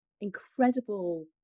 incredible